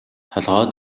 толгой